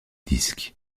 disque